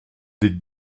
des